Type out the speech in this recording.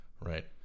right